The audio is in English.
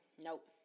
Nope